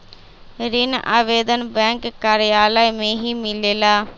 ऋण आवेदन बैंक कार्यालय मे ही मिलेला?